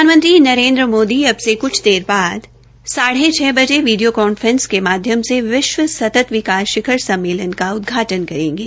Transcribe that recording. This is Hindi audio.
प्रधानमंत्री नरेन्द्र मोदी अब से क्छ देर बाद साढ़े छ बजे वीडियो कॉन्फ्रेस के माध्यम से विश्व सतत विकास शिखर सम्मेलन का उदघाटन करेंगे